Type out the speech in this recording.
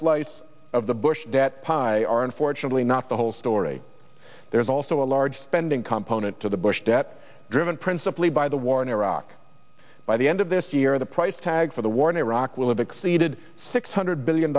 slice of the bush debt pie are unfortunately not the whole story there's also a large spending component to the bush debt driven principally by the war in iraq by the end of this year the price tag for the war in iraq will have exceeded six hundred billion